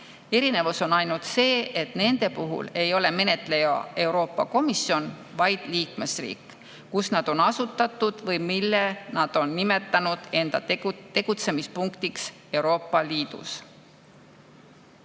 Erinevus on ainult see, et nende puhul ei ole menetleja Euroopa Komisjon, vaid liikmesriik, kus nad on asutatud või mille nad on nimetanud enda tegutsemispunktiks Euroopa Liidus.